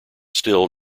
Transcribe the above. still